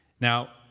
Now